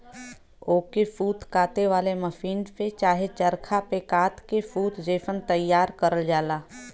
ओके सूत काते वाले मसीन से चाहे चरखा पे कात के सूत जइसन तइयार करल जाला